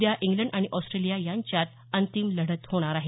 उद्या इंग्लंड आणि ऑस्ट्रेलिया यांच्यात अंतिम लढत होणार आहे